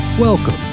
Welcome